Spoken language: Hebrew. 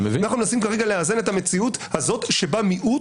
אנחנו מנסים כרגע לאזן את המציאות הזאת שבה מיעוט